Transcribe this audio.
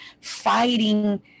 fighting